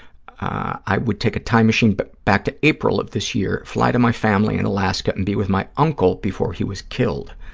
i would take a time machine but back to april of this year, fly to my family in alaska and be with my uncle before he was killed.